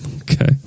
okay